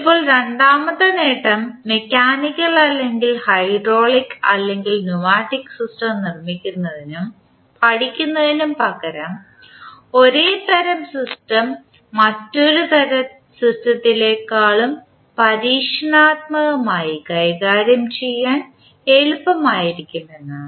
ഇപ്പോൾ രണ്ടാമത്തെ നേട്ടം മെക്കാനിക്കൽ അല്ലെങ്കിൽ ഹൈഡ്രോളിക് അല്ലെങ്കിൽ ന്യൂമാറ്റിക് സിസ്റ്റം നിർമ്മിക്കുന്നതിനും പഠിക്കുന്നതിനും പകരം ഒരേ തരം സിസ്റ്റം മറ്റേതൊരു സിസ്റ്റത്തേക്കാളും പരീക്ഷണാത്മകമായി കൈകാര്യം ചെയ്യാൻ എളുപ്പമായിരിക്കും എന്നതാണ്